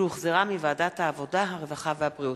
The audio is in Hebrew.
שהחזירה ועדת העבודה, הרווחה והבריאות.